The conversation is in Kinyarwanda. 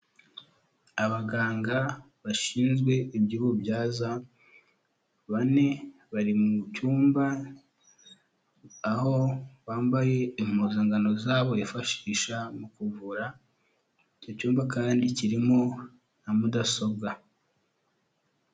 Abaganga bashinzwe iby'ububyaza bane bari mu cyumba aho bambaye impuzankano zabo bifashisha mu kuvura, icyo cyumba kandi kirimo na mudasobwa.